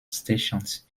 stations